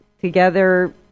together